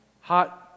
hot